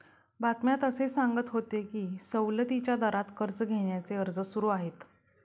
बातम्यात असे सांगत होते की सवलतीच्या दरात कर्ज घेण्याचे अर्ज सुरू आहेत